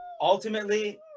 ultimately